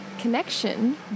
connection